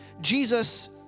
Jesus